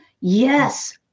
Yes